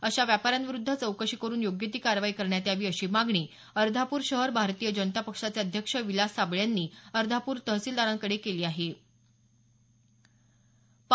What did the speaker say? अशा व्यापाऱ्यांविरूध्द चौकशी करून योग्य ती कारवाई करण्यात यावी अशी मागणी अर्धापूर शहर भारतीय जनता पक्षाचे अध्यक्ष विलास साबळे यांनी अर्धापूर तहसीलदार यांच्याकडे एका निवेदनाद्वारे केली आहे